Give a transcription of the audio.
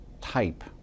type